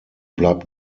bleibt